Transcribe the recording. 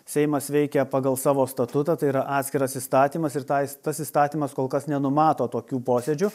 seimas veikia pagal savo statutą tai yra atskiras įstatymas ir tą is tas įstatymas kol kas nenumato tokių posėdžių